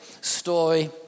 story